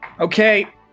Okay